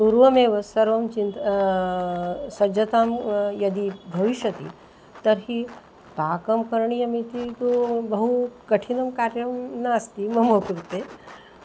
पूर्वमेव सर्वा चिन्ता सज्जता यदि भविष्यति तर्हि पाकं करणीयमिति तु बहु कठिनं कार्यं नास्ति मम कृते